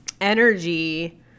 energy